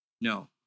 No